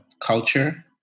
culture